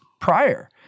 prior